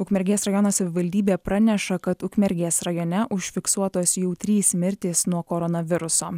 ukmergės rajono savivaldybė praneša kad ukmergės rajone užfiksuotos jau trys mirtys nuo koronaviruso